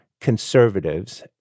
conservatives